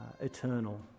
eternal